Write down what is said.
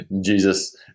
Jesus